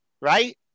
Right